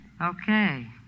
Okay